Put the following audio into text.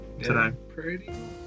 today